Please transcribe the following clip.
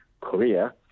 Korea